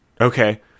Okay